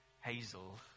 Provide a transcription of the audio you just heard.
Hazel